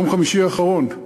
ביום חמישי האחרון,